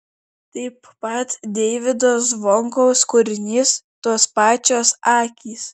tai taip pat deivydo zvonkaus kūrinys tos pačios akys